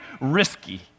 risky